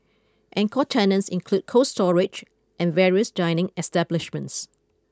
anchor tenants include Cold Storage and various dining establishments